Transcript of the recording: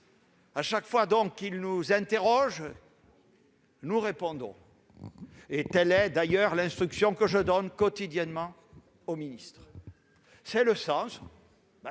qui sont les siens, nous interroge, nous répondons. Telle est d'ailleurs l'instruction que je donne quotidiennement aux ministres. En ce sens,